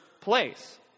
place